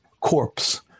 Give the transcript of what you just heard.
corpse